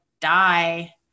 die